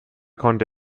konnte